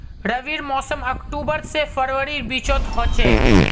रविर मोसम अक्टूबर से फरवरीर बिचोत होचे